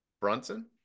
Brunson